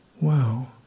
Wow